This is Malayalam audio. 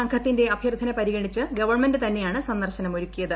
സംഘത്തിന്റെ അഭ്യർത്ഥന പരിഗണിച്ച് ഗവൺമെന്റ് തന്നെയാണ് സന്ദർശനം ഒരുക്കിയത്